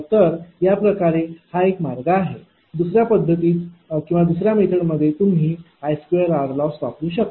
तर याप्रकारे हा एक मार्ग आहे दुसऱ्या पद्धतीत तुम्ही I2r लॉस वापरू शकता